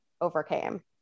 overcame